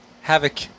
Havoc